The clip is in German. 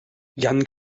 jan